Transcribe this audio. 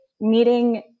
meeting